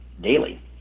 daily